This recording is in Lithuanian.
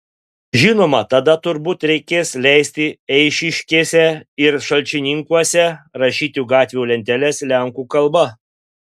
žinoma tada turbūt reikės leisti eišiškėse ir šalčininkuose rašyti gatvių lenteles lenkų kalba